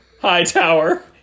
Hightower